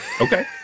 Okay